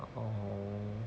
oh